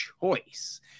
choice